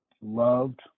loved